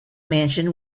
mansion